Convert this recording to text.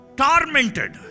tormented